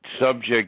subject